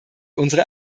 unsere